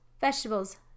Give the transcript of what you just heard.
vegetables